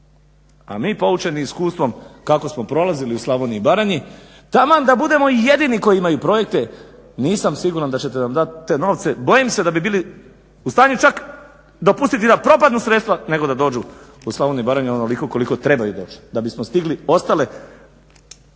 A mi poučeni iskustvom kako smo prolazili u Slavoniji i Baranji taman da budemo i jedini koji imaju projekte nisam siguran da ćete nam dat te novce. Bojim se da bi bili u stanju čak dopustiti da propadnu sredstva nego da dođu u Slavoniju i Baranju onoliko koliko trebaju doći da bismo stigli ostale